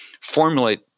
formulate